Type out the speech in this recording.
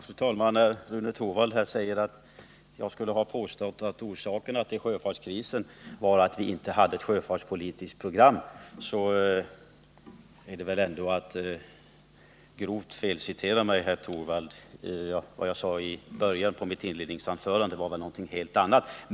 Fru talman! När Rune Torwald säger att jag har påstått att orsakerna till sjöfartskrisen var att vi inte hade något sjöfartspolitiskt program är väl det ändå en grov feltolkning. Vad jag sade i i början av mitt inledningsanförande var någonting helt annat.